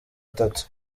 atatu